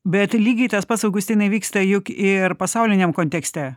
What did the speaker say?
bet lygiai tas pats augustinai vyksta juk ir pasauliniam kontekste